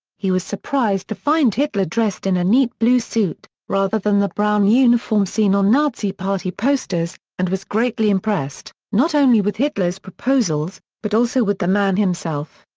he was surprised to find hitler dressed in a neat blue suit, rather than the brown uniform seen on nazi party posters, and was greatly impressed, not only with hitler's proposals, but also with the man himself.